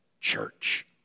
church